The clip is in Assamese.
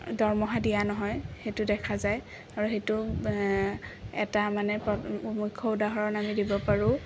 দৰমহা দিয়া নহয় সেইটো দেখা যায় আৰু সেইটো এটা মানে মূখ্য উদাহৰণ আমি দিব পাৰোঁ